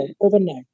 overnight